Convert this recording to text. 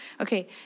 Okay